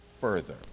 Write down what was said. further